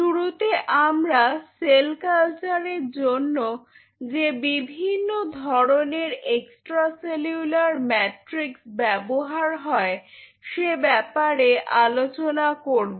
শুরুতে আমরা সেল কালচারের জন্য যে বিভিন্ন ধরনের এক্সট্রা সেলুলার ম্যাট্রিক্স ব্যবহার হয় সে ব্যাপারে আলোচনা করব